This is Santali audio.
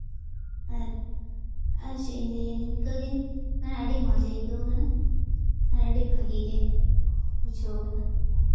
ᱟᱨ ᱟᱨ ᱪᱮᱫ ᱤᱧ ᱞᱟᱹᱭᱟ ᱱᱤᱝᱠᱟᱹᱜᱮ ᱱᱚᱣᱟ ᱟᱹᱰᱤ ᱢᱚᱡᱽ ᱜᱮ ᱟᱹᱭᱠᱟᱹᱣ ᱠᱟᱱᱟ ᱟᱨ ᱟᱹᱰᱤ ᱵᱷᱟᱜᱮ ᱜᱮ ᱵᱩᱡᱷᱟᱹᱣ ᱠᱟᱱᱟ